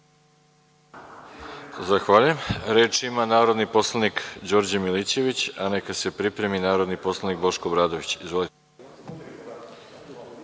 Zahvaljujem. Reč ima narodni poslanik Đorđe Milićević, a neka se pripremi narodni poslanik Boško Obradović.